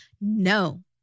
No